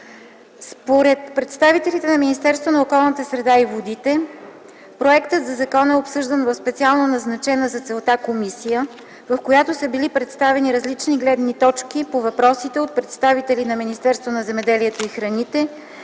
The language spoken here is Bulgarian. Според представителя на Министерството на околната среда и водите законопроектът е обсъждан в специално назначена за целта комисия, в която са били представени различни гледни точки по въпросите от представители на Министерството на земеделието и храните